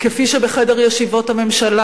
כפי שבחדר ישיבות הממשלה,